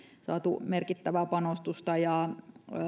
saatu merkittävää panostusta ja